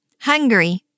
hungry